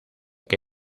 que